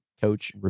coach